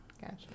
Gotcha